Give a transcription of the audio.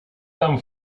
tan